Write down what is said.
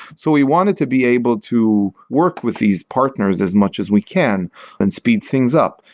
so we wanted to be able to work with these partners as much as we can and speed things up,